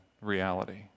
reality